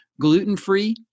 gluten-free